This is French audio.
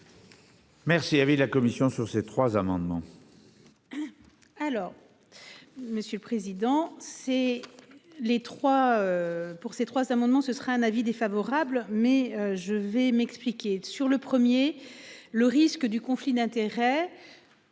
Merci. Avis de la commission sur ces trois amendements.